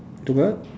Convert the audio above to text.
the what